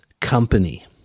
company